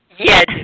Yes